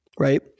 Right